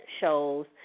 shows